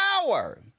power